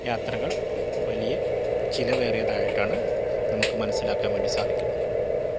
യാത്രകൾ വലിയ ചിലവേറിയതായിട്ടാണ് നമുക്ക് മനസിലാക്കാൻ വേണ്ടി സാധിക്കുന്നത്